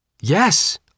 Yes